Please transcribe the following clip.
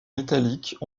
métalliques